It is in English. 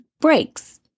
breaks